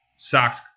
Socks